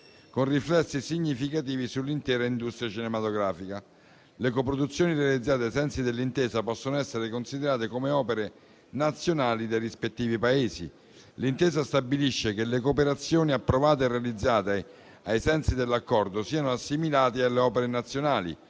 con riflessi significativi sull'intera industria cinematografica. Le coproduzioni realizzate ai sensi dell'intesa possono essere considerate come opere nazionali dei rispettivi Paesi. L'intesa stabilisce che le cooperazioni approvate e realizzate ai sensi dell'Accordo siano assimilate alle opere nazionali,